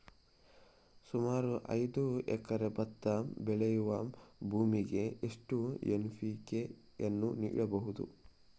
ಸುಮಾರು ಐದು ಎಕರೆ ಭತ್ತ ಬೆಳೆಯುವ ಭೂಮಿಗೆ ಎಷ್ಟು ಎನ್.ಪಿ.ಕೆ ಯನ್ನು ನೀಡಬಹುದು?